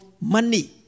money